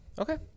Okay